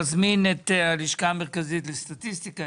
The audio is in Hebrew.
את הלשכה המרכזית לסטטיסטיקה.